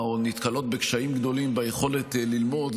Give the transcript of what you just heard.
או נתקלות בקשיים גדולים ביכולת ללמוד,